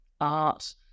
art